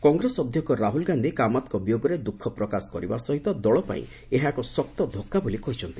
କଂଗ୍ରେସ ଅଧ୍ୟକ୍ଷ ରାହୁଲ ଗାନ୍ଧୀ କାମାତ୍ଙ୍କ ବିୟୋଗରେ ଦୁଃଖ ପ୍ରକାଶ କରିବା ସହିତ ଦଳ ପାଇଁ ଏହା ଏକ ଶକ୍ତ ଧକ୍କା ବୋଲି କହିଛନ୍ତି